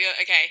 Okay